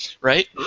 right